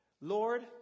Lord